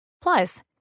Plus